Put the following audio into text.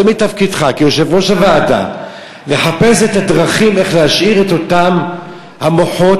זה מתפקידך כיושב-ראש הוועדה לחפש את הדרכים איך להשאיר את אותם המוחות,